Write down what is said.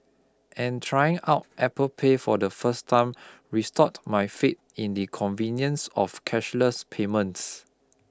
and trying out Apple Pay for the first time restored my faith in the convenience of cashless payments